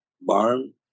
barn